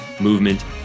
movement